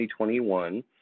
2021